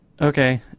Okay